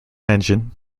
engine